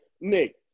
Nick